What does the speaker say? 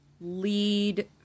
lead